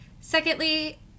Secondly